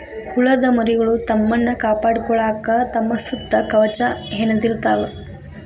ಹುಳದ ಮರಿಗಳು ತಮ್ಮನ್ನ ಕಾಪಾಡಕೊಳಾಕ ತಮ್ಮ ಸುತ್ತ ಕವಚಾ ಹೆಣದಿರತಾವ